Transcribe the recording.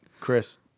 Chris